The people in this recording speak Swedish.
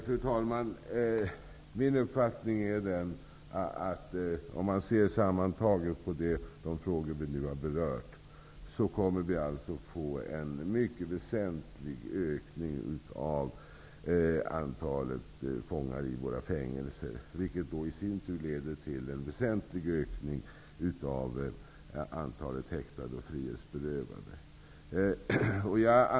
Fru talman! Min uppfattning är, om jag ser de frågor som vi nu har berört sammantaget, att det kommer att ske en mycket väsentlig ökning av antalet fångar i fängelserna, vilket i sin tur leder till en väsentlig ökning av antalet häktade och frihetsberövade.